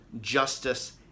justice